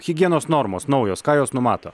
higienos normos naujos ką jos numato